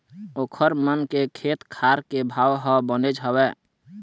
ओखर मन के खेत खार के भाव ह बनेच हवय